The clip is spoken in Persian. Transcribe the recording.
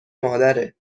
مادره